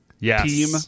team